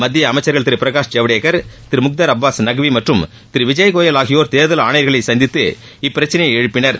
மத்திய அமைச்சர்கள் திரு பிரகாஷ் ஜவ்டேகர் திரு முக்தர் அப்பாஸ் நக்வி மற்றும் விஜய் கோயல் ஆகியோர் தேர்தல் ஆணையர்களை சந்தித்து இப்பிரச்சினையை எழுப்பினர்